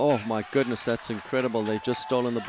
oh my goodness that's incredible they just all in the